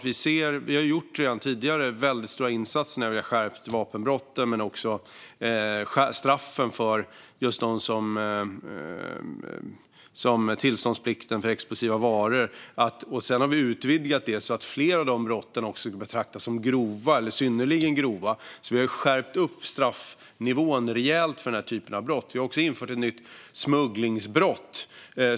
Vi har redan tidigare gjort väldigt stora insatser när det gäller att skärpa vapenbrotten men också straffen när det gäller tillståndsplikten för explosiva varor. Vi har utvidgat det så att fler av de brotten också betraktas som grova eller synnerligen grova. Vi har skärpt straffnivån rejält för den typen av brott. Vi har också infört ett nytt smugglingsbrott.